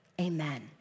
amen